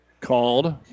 called